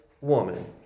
woman